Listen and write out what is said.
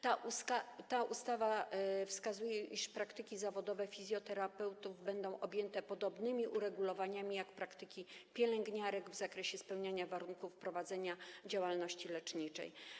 Ta ustawa wskazuje, iż praktyki zawodowe fizjoterapeutów będą objęte podobnymi uregulowaniami jak praktyki pielęgniarek w zakresie spełniania warunków prowadzenia działalności leczniczej.